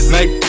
Make